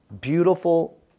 beautiful